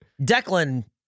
Declan